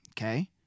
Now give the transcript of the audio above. okay